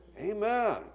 Amen